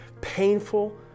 painful